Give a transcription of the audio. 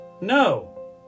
no